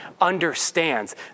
understands